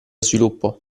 sviluppo